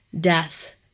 death